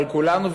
אבל כולנו,